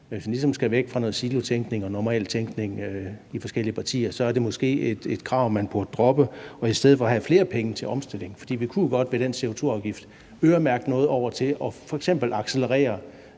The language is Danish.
ligesom skal væk fra noget silotænkning og normal tænkning i forskellige partier, er det måske et krav, man burde droppe og i stedet for bruge flere penge til omstilling, for vi kunne jo godt med den CO2-afgift øremærke noget til f.eks. at accelerere